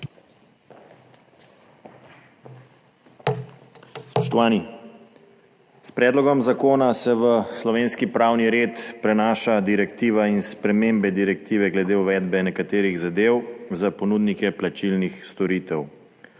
S predlogom zakona se v slovenski pravni red prenaša direktiva in spremembe direktive glede uvedbe nekaterih zadev za ponudnike plačilnih storitev.